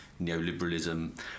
neoliberalism